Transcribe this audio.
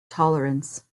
tolerance